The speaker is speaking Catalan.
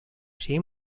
sigui